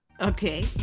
okay